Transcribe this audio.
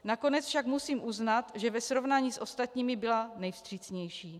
Nakonec však musím uznat, že ve srovnání s ostatními byla nejvstřícnější.